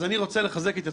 אז אני רוצה לחזק את ידך,